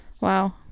wow